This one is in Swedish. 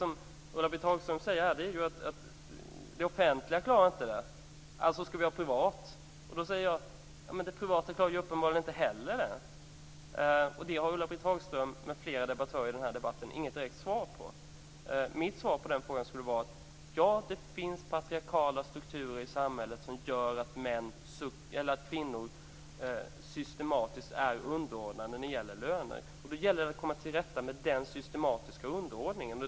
Det Ulla-Britt Hagström säger är att det offentliga inte klarar detta och att vi därför skall ha privat verksamhet. Men det privata klarar det uppenbarligen inte heller. Det har Ulla-Britt Hagström och flera debattörer i denna debatt inget direkt svar på. Mitt svar på den frågan skulle vara att det finns patriarkala strukturer i samhället som gör att kvinnor systematiskt är underordnade när det gäller löner. Då gäller det att komma till rätta med den systematiska underordningen.